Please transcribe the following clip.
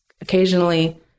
Occasionally